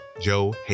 Joe